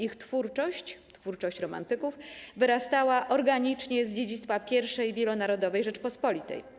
Ich twórczość, twórczość romantyków wyrastała organicznie z dziedzictwa pierwszej, wielonarodowej Rzeczypospolitej.